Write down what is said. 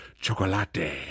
chocolate